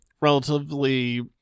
relatively